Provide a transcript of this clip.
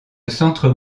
centre